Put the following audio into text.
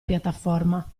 piattaforma